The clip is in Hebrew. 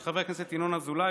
של חבר הכנסת ינון אזולאי,